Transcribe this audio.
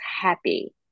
happy